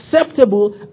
acceptable